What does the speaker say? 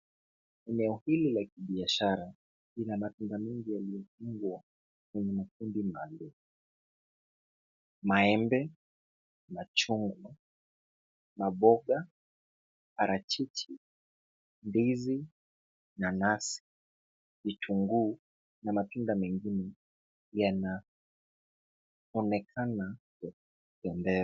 Eneo hili la kibiashara lina matunda mengi yaliyofungwa kwenye makundi maalum. Maembe, machungwa, maboga, parachichi, ndizi, nanasi, vitunguu na matunda mengine, yanaonekana ya kupendeza.